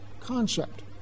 concept